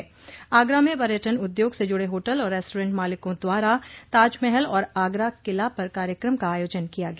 वहीं आगरा में पर्यटन उद्योग से जुड़े होटल और रेस्टोरेंट मालिकों द्वारा ताजमहल और आगरा किला पर कार्यक्रम का आयोजन किया गया